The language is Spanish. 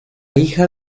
hija